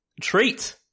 treat